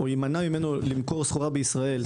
או יימנע ממנו למכור סחורה בישראל,